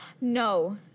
No